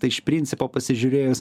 tai iš principo pasižiūrėjus